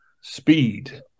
speed